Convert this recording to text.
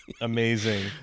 amazing